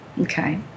Okay